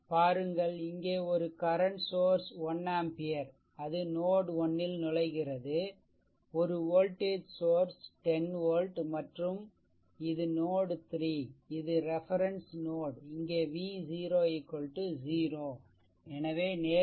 பாருங்கள் இங்கே ஒரு கரண்ட் சோர்ஸ் 1 ஆம்பியர் அது நோட் 1 ல் நுழைகிறது ஒரு வோல்டஜ் சோர்ஸ் 10 volt மற்றும் இது நோட் 3 இது ரெஃபெரென்ஸ் நோட் இங்கே v 0 0 எனவே நேரடியாக v 3 10 volt